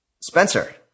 Spencer